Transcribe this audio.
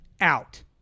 out